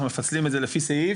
אנחנו מפצלים את זה לפי סעיף?